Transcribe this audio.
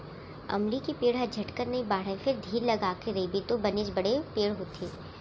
अमली के पेड़ हर झटकन नइ बाढ़य फेर धीर लगाके रइबे तौ बनेच बड़े पेड़ होथे